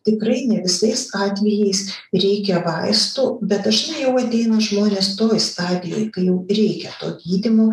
tikrai ne visais atvejais reikia vaistų bet dažnai jau ateina žmonės toj stadijoj kai jau reikia to gydymo